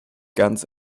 ganz